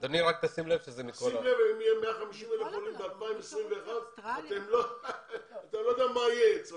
אם יהיו 150,000 בשנת 2021, אתה לא יודע מה יהיה.